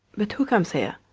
but who comes here?